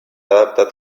adaptat